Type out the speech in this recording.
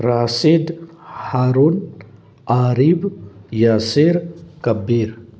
Rashid Harun Arif Yasir Kabir